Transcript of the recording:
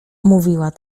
mówiła